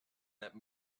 that